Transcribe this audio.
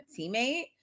teammate